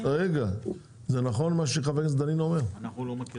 אז זה ביטוח של מאזדה 3. לא,